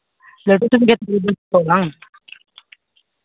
ᱵᱟᱝ